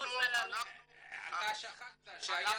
אתה שכחת שהיה